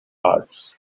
hawks